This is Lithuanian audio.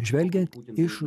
žvelgiant iš